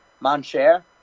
Mancher